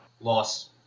Loss